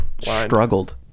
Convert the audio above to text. struggled